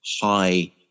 high